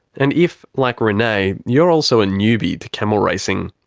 and if, like renay, you're also a newbie to camel racing,